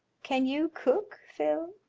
can you cook, phil?